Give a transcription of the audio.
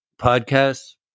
podcasts